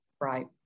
Right